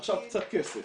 עכשיו קצת כסף.